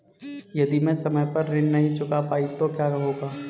यदि मैं समय पर ऋण नहीं चुका पाई तो क्या होगा?